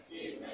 Amen